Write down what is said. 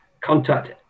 contact